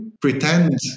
pretend